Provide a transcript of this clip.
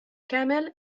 camel